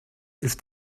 ist